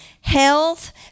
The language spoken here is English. health